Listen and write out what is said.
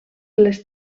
les